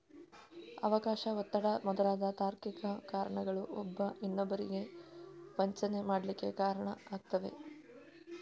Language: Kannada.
ಅವಕಾಶ, ಒತ್ತಡ ಮೊದಲಾದ ತಾರ್ಕಿಕ ಕಾರಣಗಳು ಒಬ್ಬ ಇನ್ನೊಬ್ಬರಿಗೆ ವಂಚನೆ ಮಾಡ್ಲಿಕ್ಕೆ ಕಾರಣ ಆಗ್ತವೆ